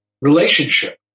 relationship